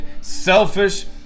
selfish